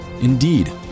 Indeed